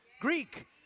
Greek